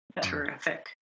Terrific